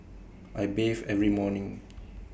I bathe every morning